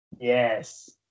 Yes